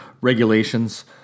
regulations